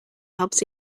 helps